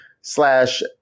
slash